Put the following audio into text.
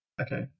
okay